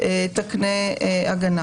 תקנה הגנה